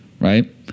right